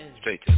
Straight